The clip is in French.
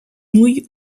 nouilles